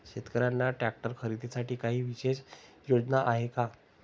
शेतकऱ्यांना ट्रॅक्टर खरीदीसाठी काही विशेष योजना आहे का?